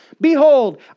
Behold